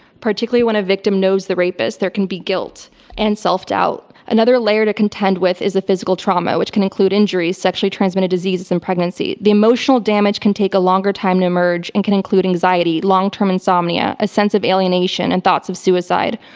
particularly when a victim knows the rapist, there can be guilt and self-doubt. another another layer to contend with is the physical trauma, which can include injuries, sexually transmitted diseases and pregnancy. the emotional damage can take a longer time to emerge and can include anxiety, long-term insomnia, a sense of alienation and thoughts of suicide.